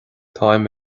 táim